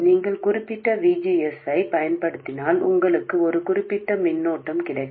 நீங்கள் குறிப்பிட்ட VG S ஐப் பயன்படுத்தினால் உங்களுக்கு ஒரு குறிப்பிட்ட மின்னோட்டம் கிடைக்கும்